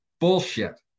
Bullshit